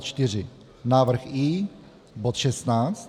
4. Návrh I bod 16.